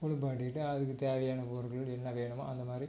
குளிப்பாட்டிட்டு அதுக்குத் தேவையான பொருட்கள் என்ன வேணுமோ அந்த மாதிரி